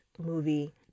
movie